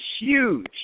huge